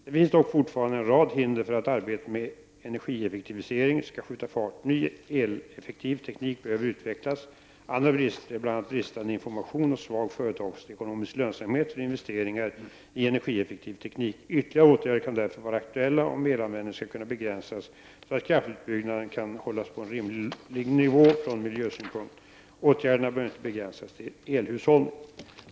Det finns dock fortfarande en rad hinder för att arbetet med energieffektivisering skall skjuta fart. Ny eleffektiv teknik behöver utvecklas. Andra brister är bl.a. bristande information och svag företagsekonomisk lönsamhet för investeringar i energieffektiv teknik. Ytterligare åtgärder kan därför vara aktuella om elanvändningen skall kunna begränsas så att kraftutbyggnaden kan hållas på en rimlig nivå från miljösynpunkt. Åtgärderna bör inte begränsas till elhushållning.